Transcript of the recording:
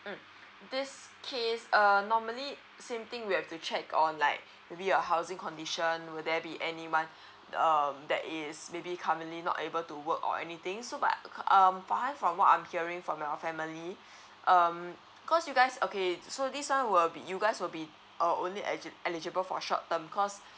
mm this case err normally same thing we have to check on like maybe your housing condition will there be any one um that is maybe currently not able to work or anything so but um farhan from what I'm hearing from your family um cause you guys okay so this one will be you guys will be err only eligi eligible for short term cause